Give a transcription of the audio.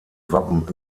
wappen